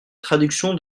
traduction